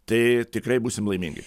tai tikrai būsim laimingi